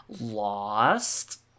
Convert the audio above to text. lost